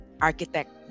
architect